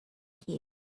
here